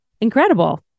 incredible